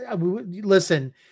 listen